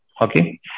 Okay